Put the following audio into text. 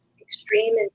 extreme